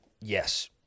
Yes